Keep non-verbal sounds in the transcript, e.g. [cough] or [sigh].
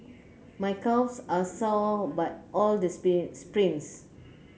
my calves are sore but all the [unintelligible] sprints